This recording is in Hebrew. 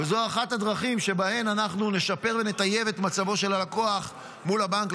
וזו אחת הדרכים שבהן אנחנו נשפר ונטייב את מצבו של הלקוח מול הבנק.